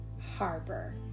harbor